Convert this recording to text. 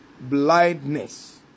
blindness